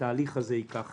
והתהליך הזה ייקח